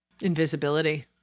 Invisibility